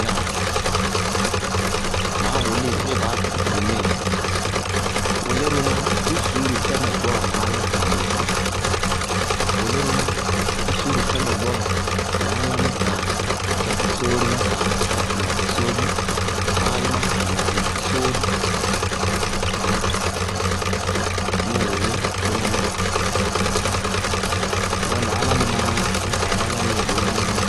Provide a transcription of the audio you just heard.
Ŋnáa? Maá wʋlíɩ séé baá nisi sɩ ŋmɩɩ: wʋlírʋná, di suúru fɛmɛ gbɔɔ maá lá kaa mɩsɩ, wʋlírʋná, di suúru fɛmɛ gbɔɔ maá lá má kaa fɛsɩ sóóni, má kaa fɔkɩ matɩ sóóni, maá lí má kaa narɩ matɩ sóóni. Ŋnáa? Mʋʋ wʋlí bʋnáníŋɛ. Lɔ álámɩná ñ kaa yálá ñ yɛ bʋʋlámɩná,